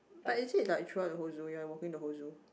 but is it like throughout the whole zoo you're walking the whole zoo